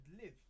live